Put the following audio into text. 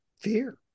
Fear